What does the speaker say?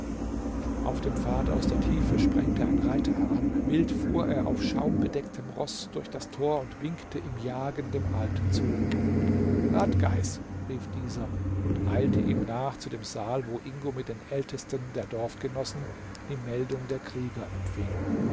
auf dem pfad aus der tiefe sprengte ein reiter heran wild fuhr er auf schaumbedecktem roß durch das tor und winkte im jagen dem alten zu radgais rief dieser und eilte ihm nach zu dem saal wo ingo mit den ältesten der dorfgenossen die meldung der krieger empfing